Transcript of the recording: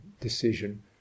decision